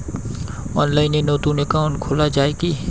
অনলাইনে নতুন একাউন্ট খোলা য়ায় কি?